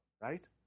Right